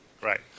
Right